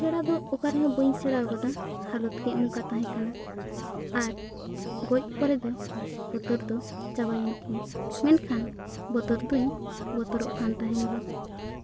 ᱥᱮᱬᱟ ᱫᱚ ᱚᱠᱟᱨᱮᱦᱚᱸ ᱵᱟᱹᱧ ᱥᱮᱬᱟ ᱟᱠᱟᱫᱟ ᱦᱟᱞᱚᱛ ᱜᱮ ᱚᱱᱠᱟ ᱛᱟᱦᱮᱸ ᱠᱟᱱᱟ ᱟᱨ ᱜᱚᱡ ᱯᱚᱨᱮ ᱫᱚ ᱵᱚᱛᱚᱨ ᱫᱚ ᱪᱟᱵᱟᱭᱮᱱ ᱛᱤᱧᱟᱹ ᱢᱮᱱᱠᱷᱟᱱ ᱵᱚᱛᱚᱨ ᱫᱚᱹᱧ ᱵᱚᱛᱚᱨᱚᱜ ᱠᱟᱱ ᱛᱟᱦᱮᱱ ᱜᱮᱭᱟ